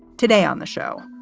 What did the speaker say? today on the show,